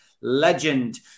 legend